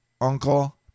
Uncle